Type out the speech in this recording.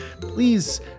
please